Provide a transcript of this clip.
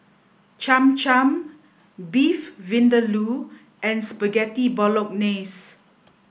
Cham Cham Beef Vindaloo and Spaghetti Bolognese